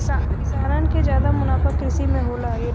किसानन क जादा मुनाफा कृषि में होला